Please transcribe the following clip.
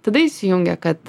tada įsijungia kad